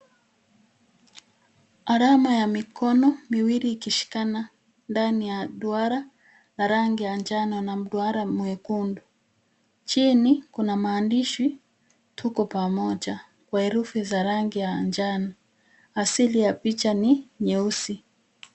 Alama ya mikono miwili ikishikana ndani ya duara la rangi ya njano na mduara mwekundu. Chini kuna maandishi tuko pamoja kwa herufi za rangi ya njano. Asili ya picha ni nyeusi.